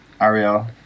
Ariel